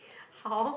how